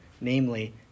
namely